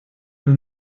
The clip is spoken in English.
will